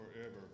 forever